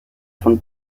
von